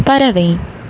பறவை